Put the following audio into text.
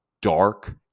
dark